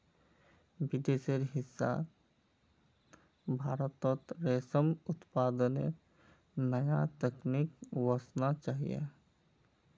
विदेशेर हिस्सा भारतत रेशम उत्पादनेर नया तकनीक वसना चाहिए